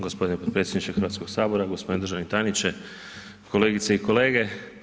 Gospodine potpredsjedniče Hrvatskog sabora, gospodine državni tajniče, kolegice i kolege.